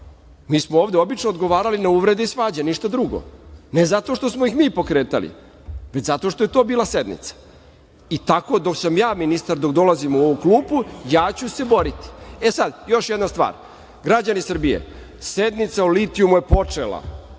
smo ovde obično odgovarali na uvrede i svađe, ništa drugo, ne zato što smo ih mi pokretali, već zato što je to bila sednica i tako dok sam ja ministar, dok dolazim u ovu klupu, ja ću se boriti.E, sad, još jedna stvar, građani Srbije, sednica o litijumu je počela,